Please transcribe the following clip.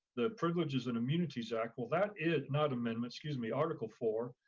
the privileges and immunities act. well, that is not amendment, excuse me, article four.